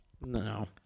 No